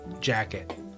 jacket